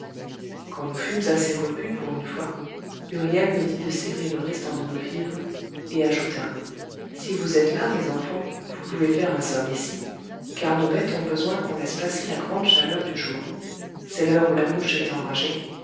quand nous fûmes assez repus pour une fois huriel me dit de serrer le restant de nos vivres et ajouta si vous êtes las mes enfants vous pouvez faire un somme ici car nos bêtes ont besoin qu'on laisse passer la grande chaleur du jour c'est l'heure où la mouche est enragée